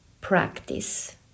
practice